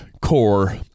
core